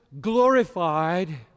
glorified